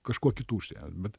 kažkuo kitu bet